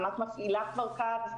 נעמ"ת כבר מפעילה קו,